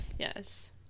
Yes